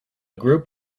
group